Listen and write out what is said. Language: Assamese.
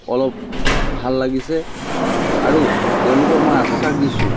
অলপ ভাল লাগিছে আৰু তেওঁলোকক মই আশ্বাস দিছোঁ